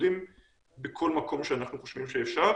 הבידודים בכל מקום שאנחנו חושבים שאפשר,